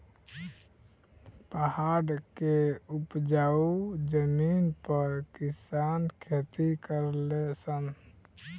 पहाड़ के उपजाऊ जमीन पर किसान खेती करले सन